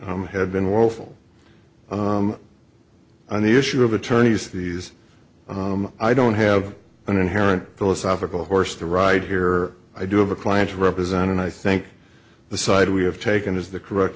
home had been woeful on the issue of attorneys these i don't have an inherent philosophical horse to ride here i do have a client represent and i think the side we have taken is the correct